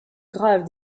grave